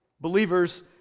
believers